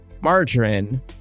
Margarine